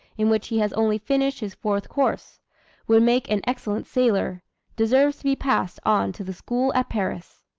in which he has only finished his fourth course would make an excellent sailor deserves to be passed on to the school at paris.